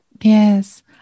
Yes